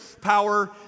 Power